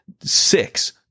Six